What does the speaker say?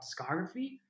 discography